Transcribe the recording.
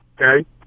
okay